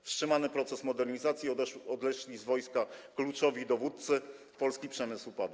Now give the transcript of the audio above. Wstrzymany proces modernizacji, odeszli z wojska kluczowi dowódcy, polski przemysł upada.